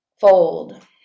Fold